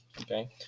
okay